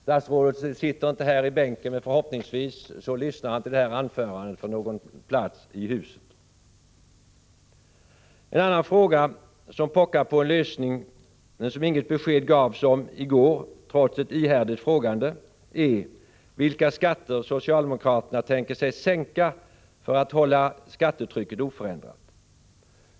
Statsrådet sitter inte i sin bänk i kammaren, men förhoppningsvis lyssnar han till det här anförandet på någon annan plats i riksdagshuset. En annan fråga som pockar på en lösning och om vilken inget besked gavs i går trots ett ihärdigt frågande, är vilka skatter socialdemokraterna tänker sänka för att hålla skattetrycket oförändrat.